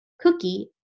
cookie